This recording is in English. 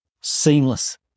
Seamless